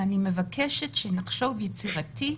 אני מבקשת שנחשוב יצירתי,